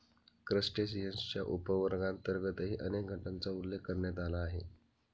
क्रस्टेशियन्सच्या उपवर्गांतर्गतही अनेक गटांचा उल्लेख करण्यात आला आहे